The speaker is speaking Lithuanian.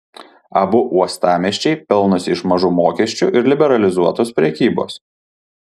abu uostamiesčiai pelnosi iš mažų mokesčių ir liberalizuotos prekybos